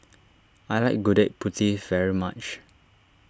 I like Gudeg Putih very much